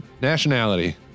Nationality